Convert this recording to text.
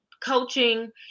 coaching